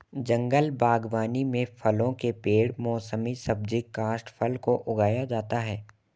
जंगल बागवानी में फलों के पेड़ मौसमी सब्जी काष्ठफल को उगाया जाता है